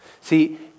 See